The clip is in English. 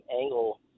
angle